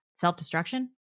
self-destruction